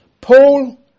Paul